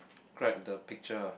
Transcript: ~cribe the picture